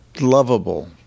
Lovable